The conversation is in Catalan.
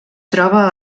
troba